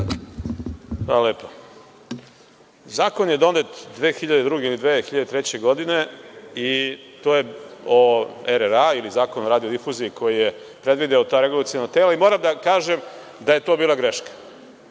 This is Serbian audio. Hvala. Zakon je donet 2002. ili 2003. godine i to je o RRA ili Zakon o radiodifuziji, koji je predvideo ta regulaciona tela i moram da vam kažem da je to bila greška. Naravno